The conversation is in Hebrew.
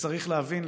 צריך להבין,